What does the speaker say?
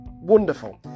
Wonderful